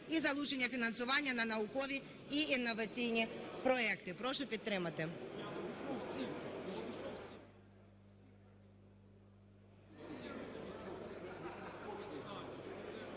і залучення фінансування на наукові і інноваційні проекти. Прошу підтримати.